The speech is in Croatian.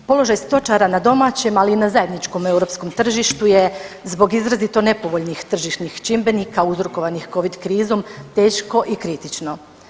Položaj stočara na domaćem, ali i na zajedničkom europskom tržištu je, zbog izrazito nepovoljnih tržišnih čimbenika uzrokovanih Covid krizom, teško i kritično.